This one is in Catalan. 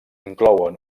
inclouen